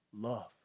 love